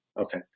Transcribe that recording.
Okay